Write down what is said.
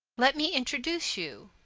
let me introduce you.